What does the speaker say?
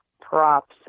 props